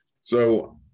So-